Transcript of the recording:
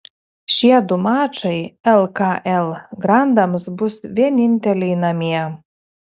šie du mačai lkl grandams bus vieninteliai namie